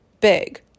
Big